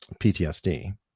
PTSD